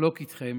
לחלוק איתכם